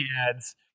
ads